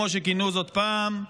כמו שכינו זאת פעם,